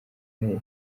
hehe